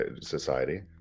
society